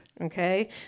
okay